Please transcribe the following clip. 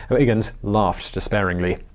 weygand laughed despairingly.